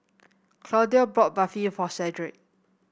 Claudio bought Barfi for Shedrick